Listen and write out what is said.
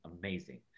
amazing